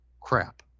crap